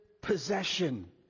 possession